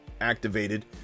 Activated